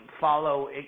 follow